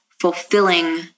fulfilling